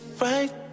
right